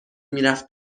میرفت